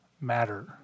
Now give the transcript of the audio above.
matter